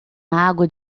água